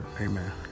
Amen